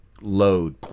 load